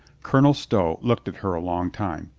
colonel stow looked at her a long time.